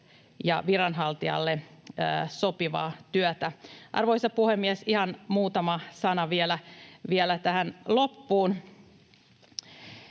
ja viranhaltijalle sopivaa työtä. Arvoisa puhemies! Ihan muutama sana vielä tähän loppuun.